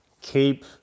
keep